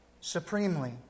supremely